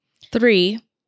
three